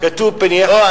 לא,